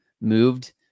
moved